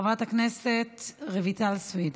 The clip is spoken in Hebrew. חברת הכנסת רויטל סויד,